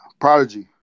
Prodigy